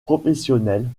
professionnelle